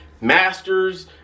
masters